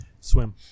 Swim